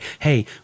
hey